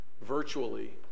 Virtually